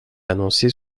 annoncés